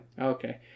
Okay